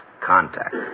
contact